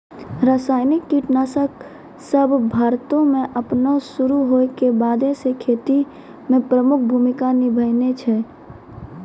रसायनिक कीटनाशक सभ भारतो मे अपनो शुरू होय के बादे से खेती मे प्रमुख भूमिका निभैने छै